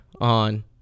on